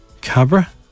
Cabra